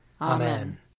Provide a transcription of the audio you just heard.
Amen